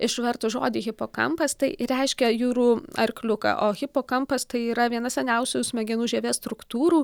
išvertus žodį hipokampas tai ir reiškia jūrų arkliuką o hipokampas tai yra viena seniausių smegenų žievės struktūrų